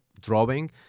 drawing